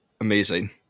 Amazing